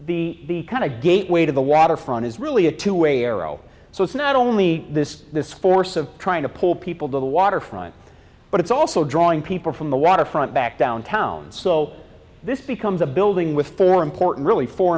is the kind of gateway to the waterfront is really a two way arrow so it's not only this this force of trying to pull people to the waterfront but it's also drawing people from the waterfront back downtown so this becomes a building with four important really for